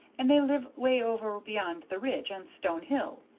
and they live way over beyond the ridge, on stone hill.